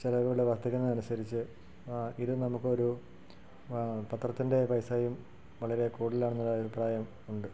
ചിലവുകൾ വർദ്ധിക്കുന്നതനുസരിച്ച് ഇതു നമുക്കൊരു പത്രത്തിൻ്റെ പൈസായും വളരെ കൂടുതലാണെന്നൊരഭിപ്രായം ഉണ്ട്